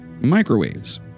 microwaves